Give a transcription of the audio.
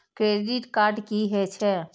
Credit card की हे छे?